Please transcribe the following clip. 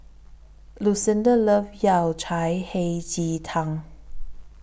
Lucinda loves Yao Cai Hei Ji Tang